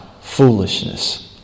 foolishness